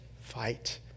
fight